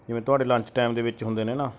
ਜਿਵੇਂ ਤੁਹਾਡੇ lunch time ਦੇ ਵਿੱਚ ਹੁੰਦੇ ਨੇ ਨਾ